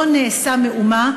לא נעשה מאומה,